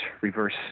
reverse